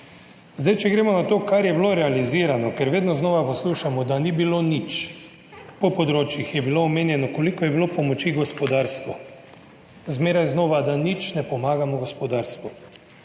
Če gremo na to, kar je bilo realizirano, ker vedno znova poslušamo, da ni bilo nič. Po področjih je bilo omenjeno koliko je bilo pomoči gospodarstvu. Zmeraj znova, da nič ne pomagamo gospodarstvu.